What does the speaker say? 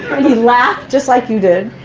and he laughed, just like you did.